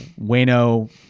Wayno